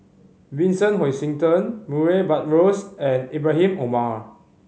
Vincent Hoisington Murray Buttrose and Ibrahim Omar